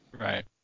Right